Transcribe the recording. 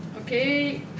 Okay